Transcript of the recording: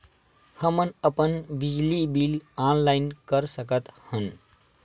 हमन अपन बिजली बिल ऑनलाइन कर सकत हन?